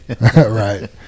Right